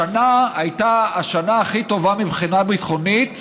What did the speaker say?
השנה הייתה השנה הכי טובה מבחינה ביטחונית